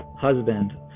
Husband